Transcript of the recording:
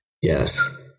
yes